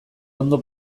ondo